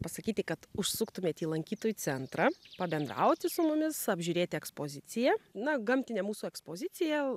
pasakyti kad užsuktumėt į lankytojų centrą pabendrauti su mumis apžiūrėti ekspoziciją na gamtinė mūsų ekspozicija